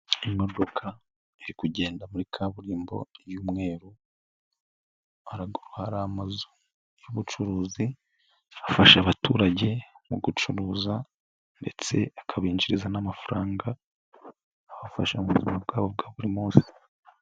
Imodoka iri kugenda muri kaburimbo y'umweru, haraguru hari amazu y'ubucuruzi afasha abaturage mu gucuruza ndetse akabinjiriza n'amafaranga abafasha mu buzima bwabo bwa buri munsi.